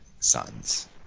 Sons